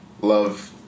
love